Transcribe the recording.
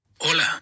Hola